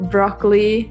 Broccoli